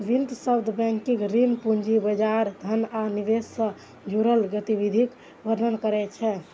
वित्त शब्द बैंकिंग, ऋण, पूंजी बाजार, धन आ निवेश सं जुड़ल गतिविधिक वर्णन करै छै